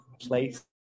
place